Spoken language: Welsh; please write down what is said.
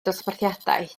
dosbarthiadau